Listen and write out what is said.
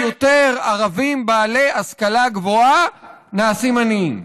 יותר ערבים בעלי השכלה גבוהה נעשים עניים.